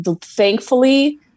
Thankfully